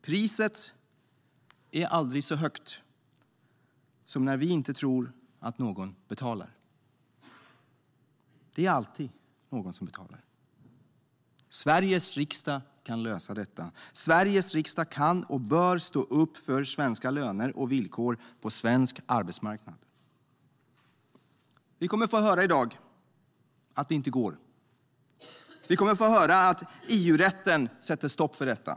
Priset är aldrig så högt som när vi inte tror att någon betalar. Men det är alltid någon som betalar. Sveriges riksdag kan lösa detta. Sveriges riksdag kan och bör stå upp för svenska löner och villkor på svensk arbetsmarknad. Vi kommer i dag att få höra att det inte går. Vi kommer att få höra att EU-rätten sätter stopp för detta.